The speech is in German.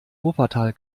wuppertal